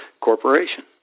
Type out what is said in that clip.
corporation